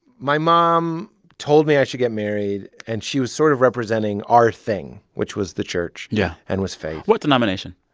my mom told me i should get married. and she was sort of representing representing our thing, which was the church. yeah. and was faith what denomination?